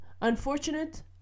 Unfortunate